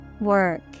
Work